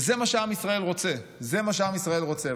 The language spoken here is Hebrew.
וזה מה שעם ישראל רוצה, זה מה שעם ישראל רוצה.